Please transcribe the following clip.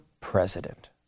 president